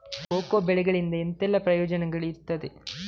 Cocoa ಬೆಳೆಗಳಿಂದ ಎಂತೆಲ್ಲ ಪ್ರಯೋಜನ ಇರ್ತದೆ?